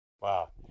Wow